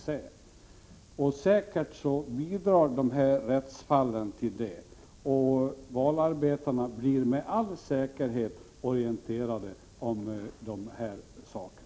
De nämnda rättsfallen kommer säkert att bidra till att det blir så, och valarbetarna blir med all säkerhet orienterade om de här sakerna.